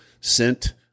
sent